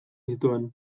zituen